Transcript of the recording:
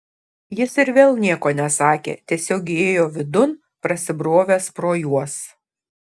jis ir vėl nieko nesakė tiesiog įėjo vidun prasibrovęs pro juos